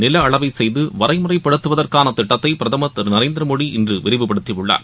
நிலஅளவைசெய்துவரைமுறைப்படுத்துவதற்கானதிட்டத்தைபிரதமர் Thiru Narendra Modi இன்றுவிரிவுப்படுத்தியுள்ளார்